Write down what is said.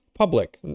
public